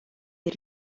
per